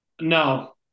No